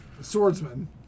Swordsman